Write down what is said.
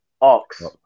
Ox